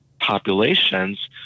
populations